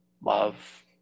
Love